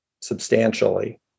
substantially